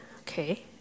Okay